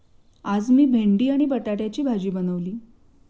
आज मी भेंडी आणि बटाट्याची भाजी बनवली